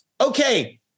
okay